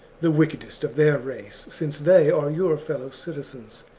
the wickedest of their race, since they are your fellow-citizens,